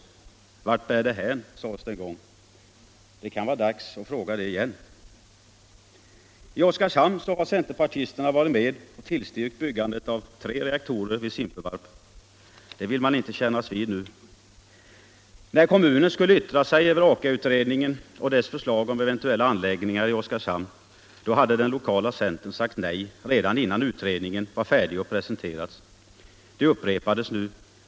— vart bär det hän? - sades det en gång. Det kan vara dags att fråga det igen. I Oskarshamn har centerpartisterna varit med och tillstyrkt byggandet av tre reaktorer vid Simpevarp. Det vill man inte kännas vid nu. När kommunen skulle yttra sig över Aka-utredningen och dess förslag om eventuella anläggningar i Oskarshamn hade den lokala centern sagt nej redan innan utredningen var färdig och hade presenterats. Det upprepades nu.